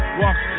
walk